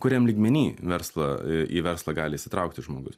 kuriam lygmeny verslą į verslą gali įsitraukti žmogus